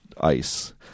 ice